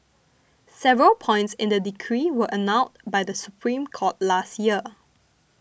several points in the decree were annulled by the Supreme Court last year